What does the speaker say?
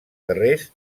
carrers